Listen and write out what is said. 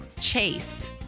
Chase